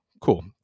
cool